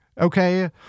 Okay